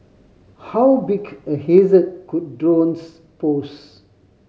how big a hazard could drones pose